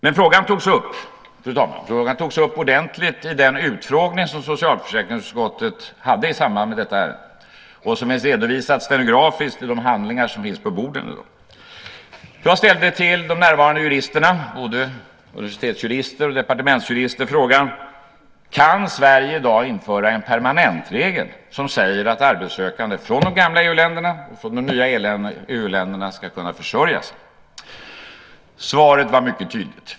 Men, fru talman, frågan togs upp ordentligt i den utfrågning som socialförsäkringsutskottet hade i samband med detta ärende, nedtecknades stenografiskt och finns redovisat i de handlingar som finns på borden i dag. Jag ställde till de närvarande juristerna, både universitetsjurister och departementsjurister, frågan: Kan Sverige i dag införa en permanentregel som säger att arbetssökande från de gamla EU-länderna och de nya EU-länderna ska kunna försörja sig? Svaret var mycket tydligt.